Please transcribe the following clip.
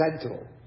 central